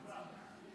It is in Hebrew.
תודה.